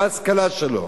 מה ההשכלה שלו,